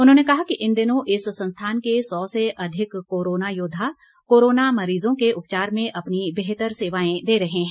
उन्होंने कहा कि इन दिनों इस संस्थान के सौ से अधिक कोरोना योद्वा कोरोना मरीजों के उपचार में अपनी बेहतर सेवाएं दे रहे हैं